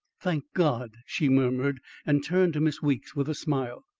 thank god! she murmured and turned to miss weeks with a smile.